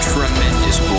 Tremendous